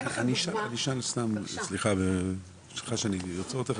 אני אתן לכם דוגמא --- סליחה שאני עוצר אותך,